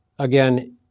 Again